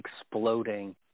exploding